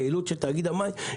היעילות של תאגיד המים,